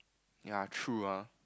yea true ah